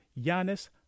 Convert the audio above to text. Giannis